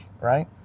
right